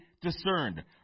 discerned